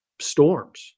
storms